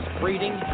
breeding